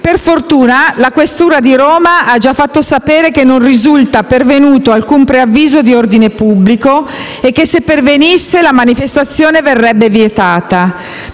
Per fortuna, la Questura di Roma ha già fatto sapere che non risulta pervenuto alcun preavviso di ordine pubblico e che se pervenisse la manifestazione verrebbe vietata.